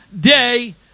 day